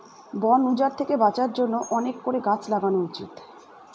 বন উজাড় থেকে বাঁচার জন্য অনেক করে গাছ লাগানো উচিত